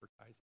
advertising